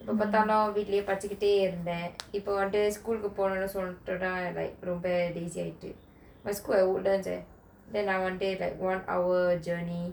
எப்ப தானும் வீட்லயே படிச்சிகிட்டே இருந்தன் இப்போ வந்து:eppa thanum veetlaye padichikitte irunthan ippo vanthu school கு போவனோண்டு சொல்லிட்டு:ku povanondu sollittu like ரொம்ப:romba dizzy ஆகிட்டு:aahittu my school at woodlands leh then I one day like one hour journey